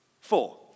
four